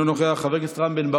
24 בעד, 42 נגד, אפס נמנעים.